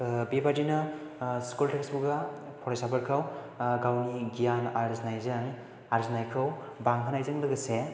बेबायदिनो school textbook फरायसाफोरखौ गावनि गियान आर्जिनायखौ बांहोनायजों लोगोसे